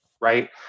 right